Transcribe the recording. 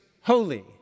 holy